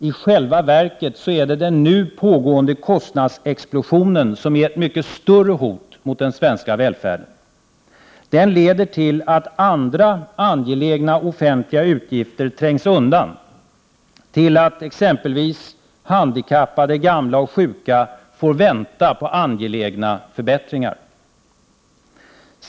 I själva verket är den nu pågående kostnadsexplosionen ett mycket större hot mot den svenska välfärden. Den leder till att andra angelägna offentliga uppgifter trängs undan, till att exempelvis handikappade, gamla och sjuka får vänta på angelägna förbättringar.